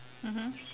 mmhmm